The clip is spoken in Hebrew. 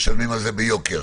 משלמים עליו ביוקר.